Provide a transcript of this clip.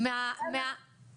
אם היו צוות,